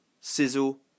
sizzle